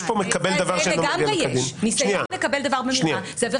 יש פה מקבל דבר שאינו מגיע לו כדין --- לגמרי יש.